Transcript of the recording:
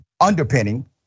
underpinning